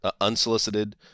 unsolicited